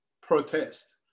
protest